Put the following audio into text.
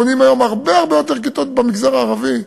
בונים היום הרבה הרבה יותר כיתות במגזר הערבי,